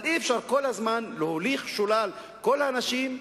אבל אי-אפשר כל הזמן להוליך שולל את כל האנשים,